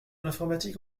l’informatique